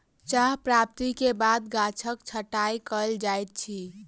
चाह प्राप्ति के बाद गाछक छंटाई कयल जाइत अछि